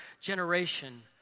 generation